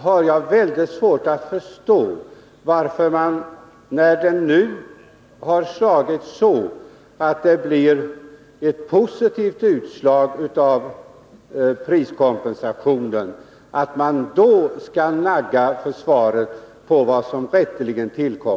Jag har väldigt svårt att förstå varför man vill förmena försvaret vad som rätteligen tillkommer det, då det nu har blivit ett positivt utslag av priskompensationen.